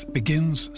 begins